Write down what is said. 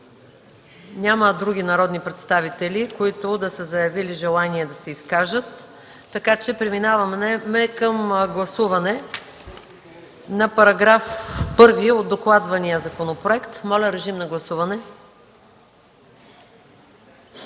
Няма други народни представители, които да са заявили желание да се изкажат. Преминаваме към гласуване на § 1 от докладвания законопроект. Моля, режим на гласуване.